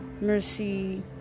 mercy